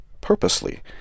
purposely